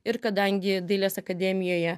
ir kadangi dailės akademijoje